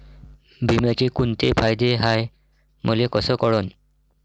बिम्याचे कुंते फायदे हाय मले कस कळन?